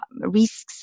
risks